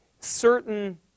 certain